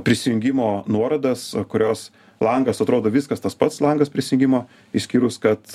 prisijungimo nuorodas kurios langas atrodo viskas tas pats langas prisijungimo išskyrus kad